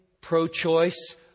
pro-choice